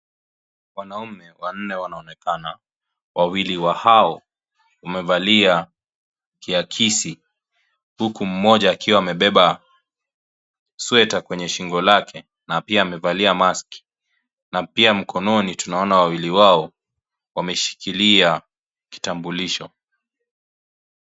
Wanaume wanne wanaonekana, wawili hao wamevalia kiakisi huku mmoja akiwa amebeba sweta kwenye shingo lake na pia amevalia mask na pia mkononi tunaona wawili hao wameshikilia kitambulisho.